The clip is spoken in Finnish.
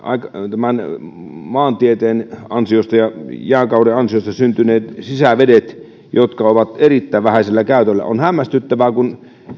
tämän maantieteen ansiosta ja jääkauden ansiosta syntyneet sisävedet jotka ovat erittäin vähäisellä käytöllä oli hämmästyttävää kun